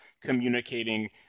communicating